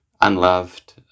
unloved